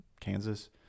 Kansas